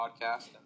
podcast